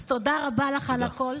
אז תודה רבה לך על הכול.